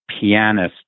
pianist